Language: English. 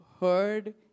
heard